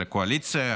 לקואליציה?